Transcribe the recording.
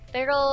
Pero